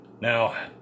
Now